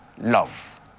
love